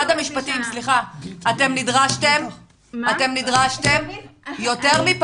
המשפטים, אתם נדרשתם יותר מפעם,